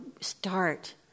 start